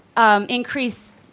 increase